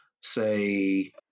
say